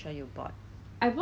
okay